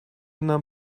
нам